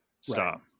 Stop